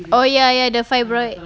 oh ya ya the fibroid